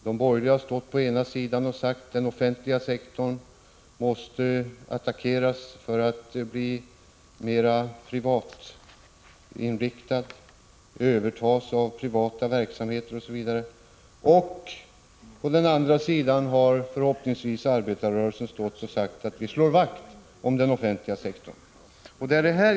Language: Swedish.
De borgerliga har stått på den ena sidan och sagt att den offentliga sektorn måste attackeras för att bli mera ”privatinriktad”, att verksamheter måste övertas av privata intressen, osv. På den andra sidan har förhoppningsvis arbetarrörelsen stått och sagt: Vi slår vakt om den offentliga sektorn.